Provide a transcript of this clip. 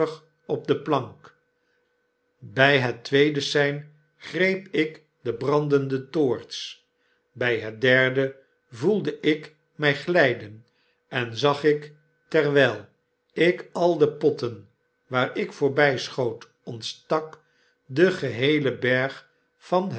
op de plank by het tweede sein greep ik de brandende toorts by het derde voelde ik mij glyden en zag ik terwyl ik al de potten waar ik voorbyschoot ontstak den geheelen berg van